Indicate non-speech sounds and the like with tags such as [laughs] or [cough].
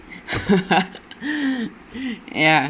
[laughs] ya